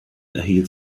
erhielt